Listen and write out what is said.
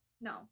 no